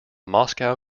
moscow